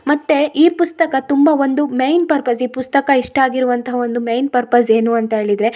ಮತ್ತು ಈ ಪುಸ್ತಕ ತುಂಬ ಒಂದು ಮೇಯ್ನ್ ಪರ್ಪಸ್ ಈ ಪುಸ್ತಕ ಇಷ್ಟ ಆಗಿರುವಂಥ ಒಂದು ಮೇಯ್ನ್ ಪರ್ಪಸ್ ಏನು ಅಂತ ಹೇಳಿದ್ರೆ